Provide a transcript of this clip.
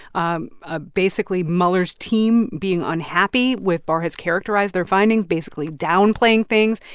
um ah basically, mueller's team being unhappy with barr has characterized their findings, basically downplaying things,